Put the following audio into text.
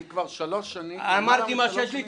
אני כבר שלוש שנים --- אמרתי את מה שיש לי,